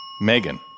Megan